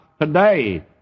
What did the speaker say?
today